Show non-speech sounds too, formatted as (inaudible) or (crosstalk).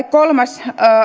(unintelligible) kolmas